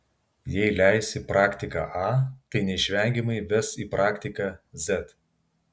jei leisi praktiką a tai neišvengiamai ves į praktiką z